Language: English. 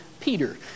Peter